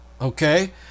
okay